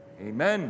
amen